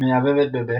מייבבת בבכי.